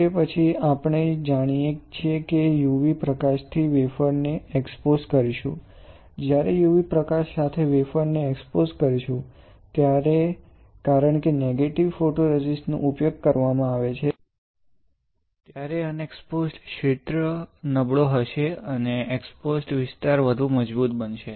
તે પછી આપણે જાણીએ છીએ કે UV પ્રકાશથી વેફર ને એક્સ્પોઝ કરીશુ જ્યારે UV પ્રકાશ સાથે વેફર ને એક્સ્પોઝ કરીશુ ત્યારે કારણ કે નેગેટિવ ફોટોરેઝિસ્ટ નો ઉપયોગ કરવામાં આવે છે ત્યારે અનએક્સ્પોઝડ ક્ષેત્ર નબળો હશે અને એક્સ્પોસ્ડ વિસ્તાર વધુ મજબૂત બનશે